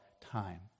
time